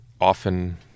often